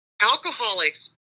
Alcoholics